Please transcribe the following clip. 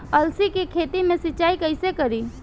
अलसी के खेती मे सिचाई कइसे करी?